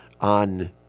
on